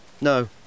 No